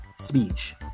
speech